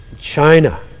China